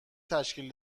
تشکیل